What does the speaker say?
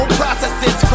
processes